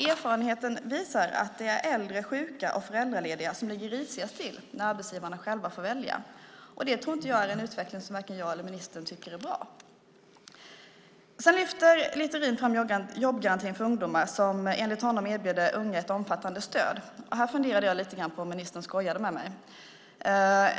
Erfarenheten visar att det är äldre, sjuka och föräldralediga som ligger risigast till när arbetsgivarna själva får välja. Det tror jag är en utveckling som varken jag eller ministern tycker är bra. Sedan lyfter Littorin fram jobbgarantin för ungdomar som enligt honom erbjuder unga ett omfattande stöd. Här funderade jag lite grann på om ministern skojade med mig.